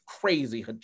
crazy